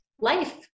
life